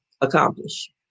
accomplish